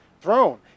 throne